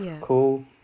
cool